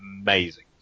amazing